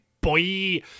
Boy